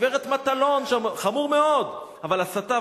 גברת מטלון, חמור מאוד, אבל הסתה.